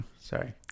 Sorry